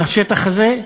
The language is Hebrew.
של השטח הזה,